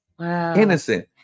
innocent